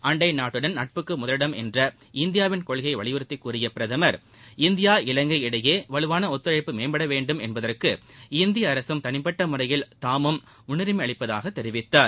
அண்டை நாட்டுடன் நட்புக்கு முதலிடம் என்ற இந்தியாவின் கொள்கையை வலியுறுத்தி கூறிய அவர் இந்தியா இவங்கை இடையே வலுவாள ஒத்துழைப்பு மேம்பட வேண்டும் என்பதற்கு இந்திய அரசும் தனிப்பட்ட முறையில் தாமும் முன்னுரிமை அளிப்பதாக தெரிவித்தார்